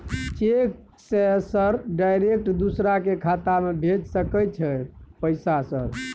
Cheque से sir direct दूसरा के खाता में भेज सके छै पैसा सर?